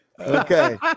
okay